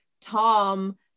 Tom